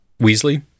Weasley